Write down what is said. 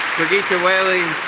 whaley,